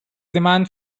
demand